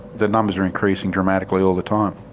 the numbers are increasing dramatically all the time.